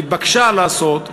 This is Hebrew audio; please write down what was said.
נתבקשה לעשות,